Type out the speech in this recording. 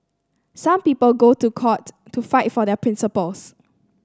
some people go to court to fight for their principles